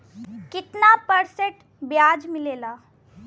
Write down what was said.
कितना परसेंट ब्याज मिलेला?